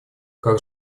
как